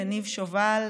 ניב שובל,